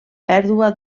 pèrdua